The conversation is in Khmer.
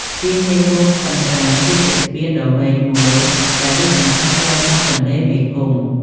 ស្ពានមេគង្គស្ទឹងត្រែង គឺជាស្ពានដ៏វែងមួយដែលលាតសន្ធឹងឆ្លងកាត់ទន្លេមេគង្គ។